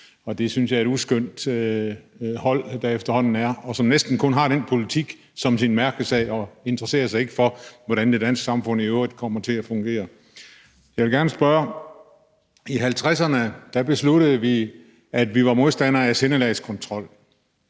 Jeg synes, det er et uskønt hold, der efterhånden er, og som næsten kun har den politik som sin mærkesag og ikke interesserer sig for, hvordan det danske samfund i øvrigt kommer til at fungere. Jeg vil gerne spørge: I 1950'erne besluttede vi, at vi var modstandere af sindelagskontrol.